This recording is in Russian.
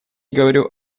говорю